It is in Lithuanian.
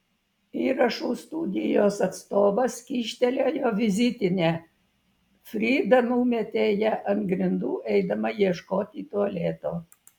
įrašų studijos atstovas kyštelėjo vizitinę frida numetė ją ant grindų eidama ieškoti tualeto